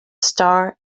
star